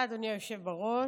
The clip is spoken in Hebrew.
תודה, אדוני היושב בראש.